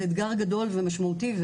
זה אתגר גדול ומשמעותי,